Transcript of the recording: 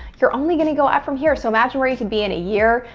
you're only going to go up from here. so, imagine where you can be in a year,